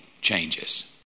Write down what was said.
changes